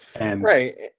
Right